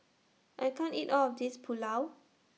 I can't eat All of This Pulao